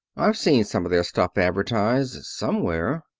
i've seen some of their stuff advertised somewhere,